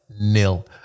nil